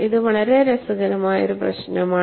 ഇത് വളരെ രസകരമായ ഒരു പ്രശ്നമാണ്